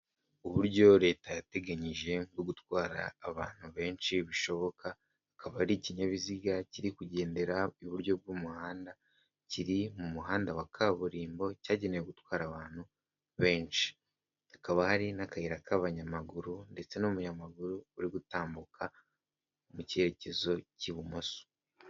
Uburyo Leta yateganyije bwo gutwara abantu benshi bishoboka aba ari ikinyabiziga kiri kugendera iburyo bw'umuhanda kiri mu muhanda wa kaburimbo cyagenewe gutwara abantu benshi, hakaba hari n'akayira k'abanyamaguru ndetse n'umunyamaguru uri gutambuka mu cyerekezo cy'ibumoso.